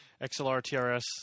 XLR-TRS